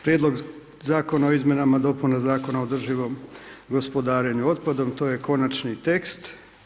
Prijedlog Zakona o izmjenama i dopunama Zakona o održivom gospodarenju otpadom, to je konačni tekst.